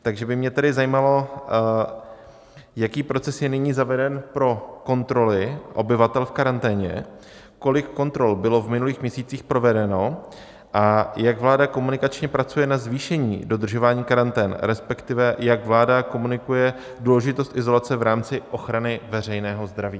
Takže by mě zajímalo, jaký proces je nyní zaveden pro kontroly obyvatel v karanténě, kolik kontrol bylo v minulých měsících provedeno a jak vláda komunikačně pracuje na zvýšení dodržování karantén, respektive jak vláda komunikuje důležitost izolace v rámci ochrany veřejného zdraví.